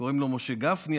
קוראים לו משה גפני,